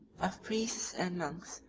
of priests and monks,